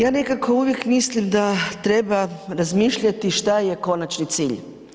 Ja nekako uvijek mislim da treba razmišljati šta je konačni cilj.